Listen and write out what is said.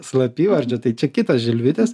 slapyvardžiu tai čia kitas žilvitis